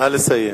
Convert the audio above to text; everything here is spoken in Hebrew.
נא לסיים.